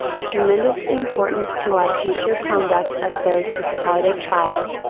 the tremendous importance to our future conduct of those discarded trials,